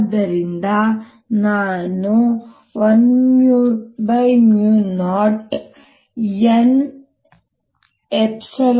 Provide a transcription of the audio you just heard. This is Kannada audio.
ಆದ್ದರಿಂದ ನಾನು ಇದನ್ನು 10nE0B0k